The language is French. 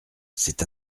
c’est